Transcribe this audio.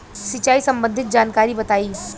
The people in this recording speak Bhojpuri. सिंचाई संबंधित जानकारी बताई?